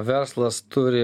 verslas turi